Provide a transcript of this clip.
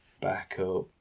backup